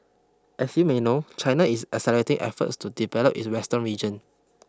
as you may know China is accelerating efforts to develop its western region